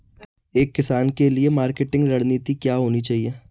एक किसान के लिए मार्केटिंग रणनीति क्या होनी चाहिए?